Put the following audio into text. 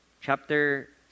Chapter